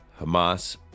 Hamas